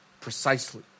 precisely